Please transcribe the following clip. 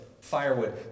firewood